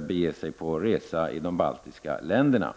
bege sig på resa i de baltiska länderna.